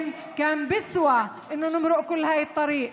סבלת הרבה, אבל היה שווה לעבור את כל הדרך הזאת.